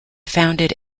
founded